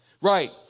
Right